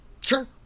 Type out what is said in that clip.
Sure